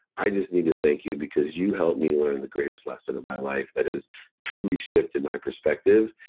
i just need to thank you, because you helped me learn the greatest lesson of my life that has truly shifted my perspective,